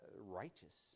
righteous